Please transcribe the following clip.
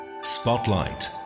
Spotlight